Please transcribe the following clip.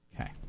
Okay